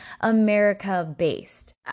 America-based